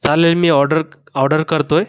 चालेल मी order order करतो आहे